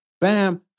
Bam